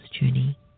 journey